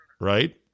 right